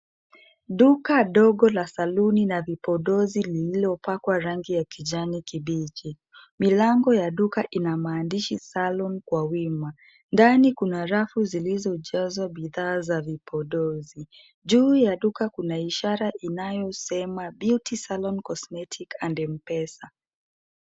Duka dogo la saluni na vipodozi lililopakwa rangi ya kijani kibichi. Milango ya duka ina maandishi salon kwa wima. Ndani kuna rafu zilizojazwa bidhaa za vipodozi. Juu ya duka kuna ishara inayosema beauty salon cosmetics and mpesa.